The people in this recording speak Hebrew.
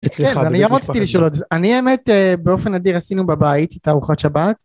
אני האמת באופן אדיר עשינו בבית את הארוחת שבת